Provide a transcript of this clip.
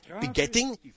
begetting